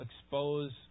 expose